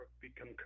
become